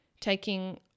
taking